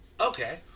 Okay